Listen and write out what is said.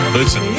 Listen